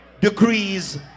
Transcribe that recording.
degrees